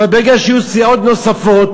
אבל ברגע שיהיו סיעות נוספות,